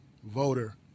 Voter